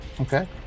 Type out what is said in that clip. okay